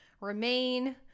remain